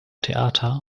theater